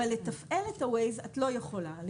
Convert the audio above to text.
אבל לתפעל את ה-וויז לא יכולים.